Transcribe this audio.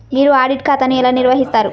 మీరు ఆడిట్ ఖాతాను ఎలా నిర్వహిస్తారు?